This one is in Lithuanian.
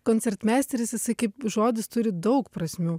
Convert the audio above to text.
koncertmeisteris jisai kaip žodis turi daug prasmių